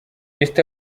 east